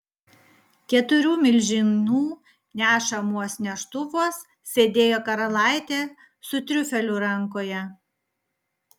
keturių milžinų nešamuos neštuvuos sėdėjo karalaitė su triufeliu rankoje